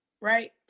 right